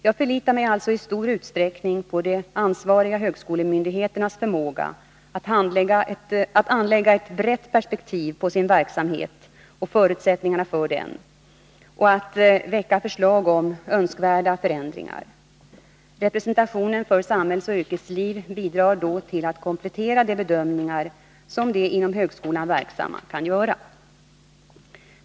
Jag förlitar mig alltså i stor utsträckning på de ansvariga högskolemyndigheternas förmåga att anlägga ett brett perspektiv på sin verksamhet och förutsättningarna för den och att väcka förslag om önskvärda förändringar. Representationen för samhällsoch yrkesliv bidrar då till att komplettera de bedömningar som de inom högskolan verksamma kan göra.